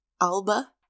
Alba